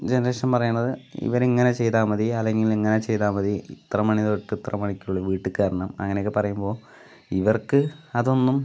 generation പറയുന്നത് ഇവർ ഇങ്ങനെ ചെയ്താൽ മതി അല്ലെങ്കിൽ ഇങ്ങനെ ചെയ്താൽ മതി ഇത്ര മണി തൊട്ട് ഇത്ര മണിക്കുള്ളിൽ വീട്ടിൽ കയറണം അങ്ങനെയൊക്കെ പറയുമ്പോൾ ഇവർക്ക് അതൊന്നും